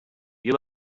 بیا